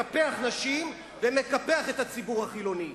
מקפח נשים ומקפח את הציבור החילוני.